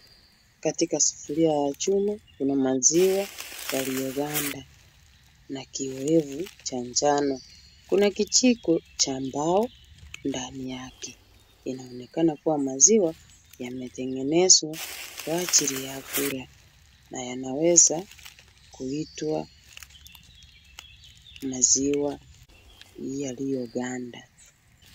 Katika sufuria ya chuma kuna maziwa yalio ganda na kiwevu cha njano. Kuna kijiko cha mbao ndani yake. Inaonekana kuwa maziwa yametengenezwa kwa ajili ya kula na yanawezwa kuitwa maziwa yalio ganda.